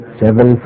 seven